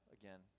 again